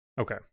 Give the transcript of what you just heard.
okay